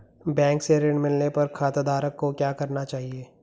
Bank से ऋण मिलने पर खाताधारक को क्या करना चाहिए?